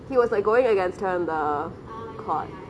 he was like going against her in the court